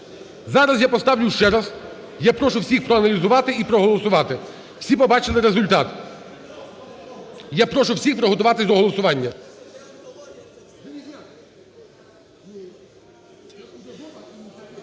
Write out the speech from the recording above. Зараз я поставлю ще раз. Я прошу всіх проаналізувати і проголосувати. Всі побачили результат. Я прошу всіх приготуватись до голосування.